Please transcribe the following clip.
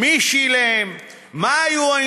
מי שילם,